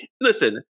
listen